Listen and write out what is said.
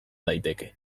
daiteke